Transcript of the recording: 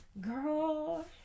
girl